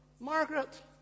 Margaret